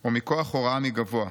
או מכוח הוראה מגבוה,